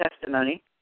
testimony